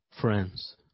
friends